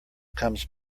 comes